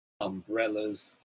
umbrellas